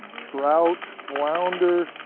trout, flounder,